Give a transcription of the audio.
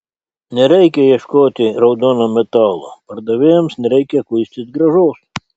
nereikia ieškoti raudono metalo pardavėjams nereikia kuistis grąžos